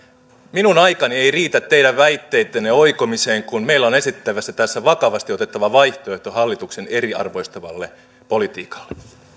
minun aikani ei riitä teidän väitteittenne oikomiseen kun meillä on esitettävänä tässä vakavasti otettava vaihtoehto hallituksen eriarvoistavalle politiikalle